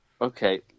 Okay